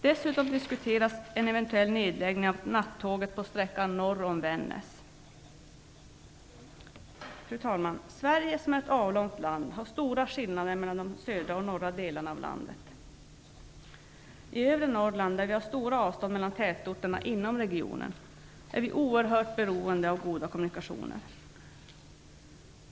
Fru talman! Sverige är ett avlång land och det är stora skillnader mellan de norra och södra delarna av landet. I övre Norrland, där vi har stora avstånd mellan tätorterna inom regionen, är vi oerhört beroende av goda kommunikationer.